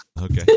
Okay